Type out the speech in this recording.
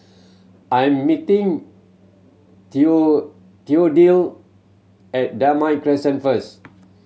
I'm meeting Theophile at Damai Crescent first